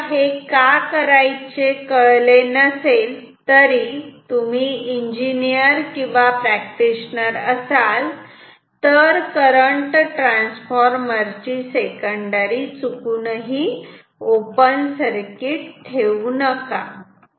तुम्हाला कळले नसेल तरी जर तुम्ही इंजिनियर असणार किंवा प्रॅक्टिशनर असाल तर करंट ट्रान्सफॉर्मर ची सेकंडरी चुकूनही ओपन सर्किट ठेवू नका